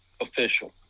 official